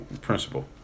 principle